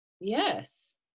Yes